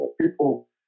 People